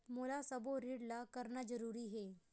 मोला सबो ऋण ला करना जरूरी हे?